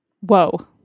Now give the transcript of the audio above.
Whoa